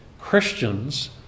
Christians